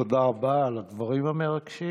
תודה רבה על הדברים המרגשים